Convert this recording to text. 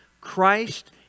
Christ